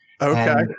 Okay